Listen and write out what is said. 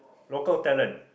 local talent